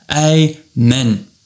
Amen